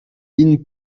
mine